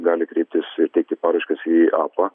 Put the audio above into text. gali kreiptis ir teikti paraiškas į apva